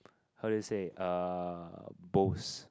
how do you say uh boast